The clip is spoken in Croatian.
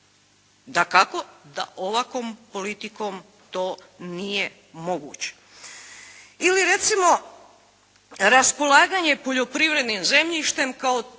Dakako da ovakvom politikom to nije moguće. Ili recimo raspolaganje poljoprivrednim zemljištem kao